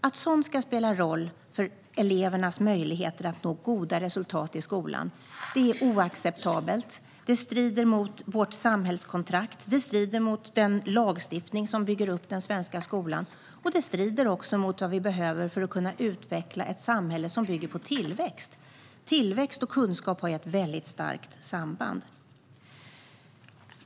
Att sådant ska spela roll för elevers möjlighet att nå goda resultat i skolan är oacceptabelt. Det strider mot vårt samhällskontrakt, mot den lagstiftning som bygger upp den svenska skolan och mot vad vi behöver för att kunna utveckla ett samhälle som bygger på tillväxt. Kunskap och tillväxt har ett väldigt starkt samband.